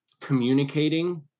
communicating